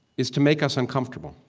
is to make us uncomfortable.